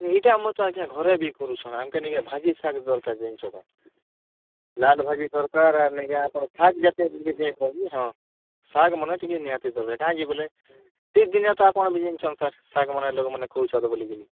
ନିଜେ ତ ଆଜ୍ଞା ଆମେ ଘରେ ବି କରୁଛନ୍ ଆମ୍କେ ଭାଜି ଶାଗ ଦରକାର୍ ଜାଣିଛ କାଏଁ ଲାଲ ଭାଜି ଦରକାର୍ ଆର୍ ନେଇକି ଆପଣ ଖାନ୍ତୁ ଶାଗମାନେ ନିହାତି ଦରକାର୍ କାଏଁ ଯେ ବୋଲେ ଆପଣ୍ ଜାଣିଛନ୍ ସାର୍ ଶାଗ୍ମାନେ ଲଗେଇଲେ ଖୁବ୍ ସ୍ୱାଦ ବୋଲିକିରି